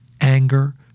anger